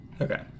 Okay